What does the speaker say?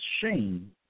shame